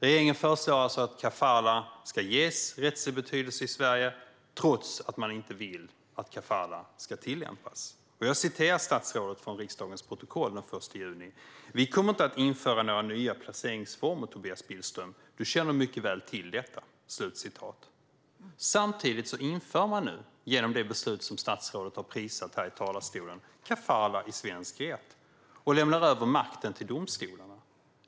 Regeringen föreslår alltså att kafalah ska ges rättslig betydelse i Sverige trots att man inte vill att kafalah ska tillämpas. Jag citerar statsrådet från riksdagens protokoll den 1 juni: "Vi kommer inte att införa några nya placeringsformer, Tobias Billström. Du känner mycket väl till detta." Samtidigt inför man nu, genom det beslut som statsrådet har prisat här i talarstolen, kafalah i svensk rätt. Man lämnar över makten till domstolarna.